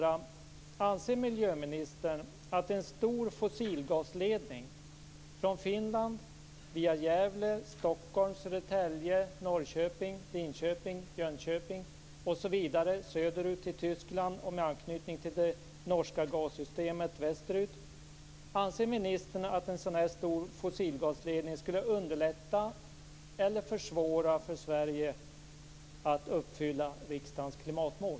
Anser miljöministern att en stor fossilgasledning från Finland, via Gävle, Stockholm, Södertälje, Norrköping, Linköping, Jönköping osv. söderut till Tyskland och med anknytning till det norska gassystemet västerut, skulle underlätta eller försvåra för Sverige att uppfylla riksdagens klimatmål?